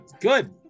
Good